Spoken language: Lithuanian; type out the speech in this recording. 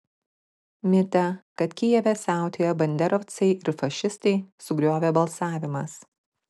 mitą kad kijeve siautėja banderovcai ir fašistai sugriovė balsavimas